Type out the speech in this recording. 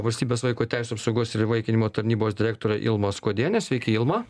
valstybės vaiko teisių apsaugos ir įvaikinimo tarnybos direktorė ilma skuodienė sveiki ilma